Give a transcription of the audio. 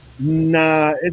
Nah